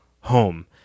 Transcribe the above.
home